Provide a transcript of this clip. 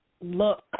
look